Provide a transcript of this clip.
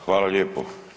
Hvala lijepo.